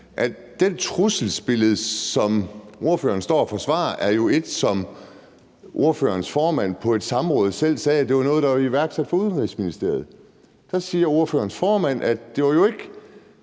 det trusselsbillede, som ordføreren står og forsvarer, er noget, som ordførerens formand på et samråd selv har sagt var iværksat fra Udenrigsministeriets side. For der siger ordførerens formand jo, at det ikke